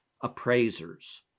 appraisers